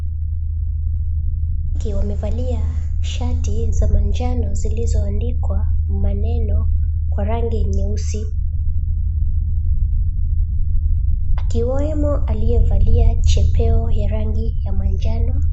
Wamevalia shati za manjano zilizoandikwa maneno kwa rangi nyeusi, akiwemo aliyevalia chepeo ya rangi ya manjano.